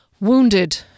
Wounded